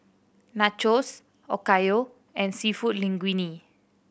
Nachos Okayu and Seafood Linguine